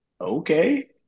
Okay